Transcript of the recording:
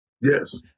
Yes